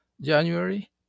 January